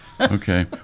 Okay